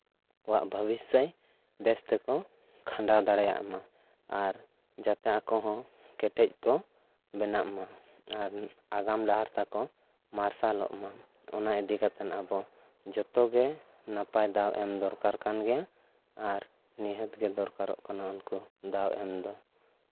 ᱟᱠᱚᱣᱟᱜ ᱵᱷᱚᱵᱤᱥᱥᱚᱭ ᱵᱮᱥ ᱛᱮᱠᱚ ᱠᱷᱟᱱᱰᱟᱣ ᱫᱟᱲᱮᱭᱟᱜ ᱢᱟ ᱟᱨ ᱡᱟᱛᱮ ᱟᱠᱚ ᱦᱚᱸ ᱠᱮᱴᱮᱡ ᱠᱚ ᱵᱮᱱᱟᱜ ᱢᱟ ᱟᱨ ᱛᱟᱲᱟᱢ ᱰᱟᱦᱟᱨ ᱛᱟᱠᱚ ᱢᱟᱨᱥᱟᱞᱚᱜ ᱢᱟ ᱚᱱᱟ ᱤᱫᱤ ᱠᱟᱛᱮ ᱟᱵᱚ ᱡᱚᱛᱚᱜᱮ ᱱᱟᱯᱟᱭ ᱫᱟᱣ ᱮᱢ ᱫᱚᱨᱠᱟᱨ ᱠᱟᱱ ᱜᱮᱭᱟ ᱟᱨ ᱱᱤᱦᱟᱹᱛ ᱜᱮ ᱫᱚᱨᱠᱟᱨᱚᱜ ᱠᱟᱱᱟ ᱩᱱᱠᱩ ᱫᱟᱣ ᱮᱢᱫᱚ